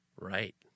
Right